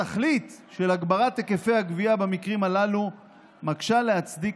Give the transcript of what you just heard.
התכלית של הגברת היקפי הגבייה במקרים הללו מקשה להצדיק